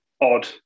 odd